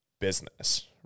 business